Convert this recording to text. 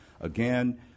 Again